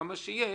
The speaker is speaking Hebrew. כמה שיהיו,